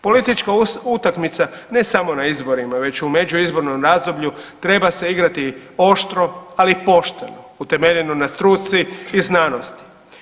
Politička utakmica ne samo na izborima nego i u međuizbornom razdoblju treba se igrati oštro, ali pošteno utemeljeno na struci i znanosti.